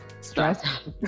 stress